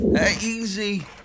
Easy